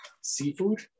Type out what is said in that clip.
Seafood